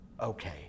okay